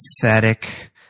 Pathetic